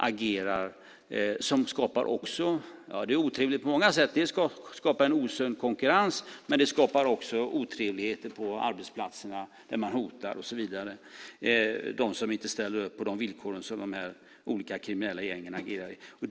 Det är otrevligt på många sätt. Det skapar en osund konkurrens, men det skapar också otrevligheter på arbetsplatserna där man bland annat hotar dem som inte ställer upp på de villkor som de olika kriminella gängen agerar med.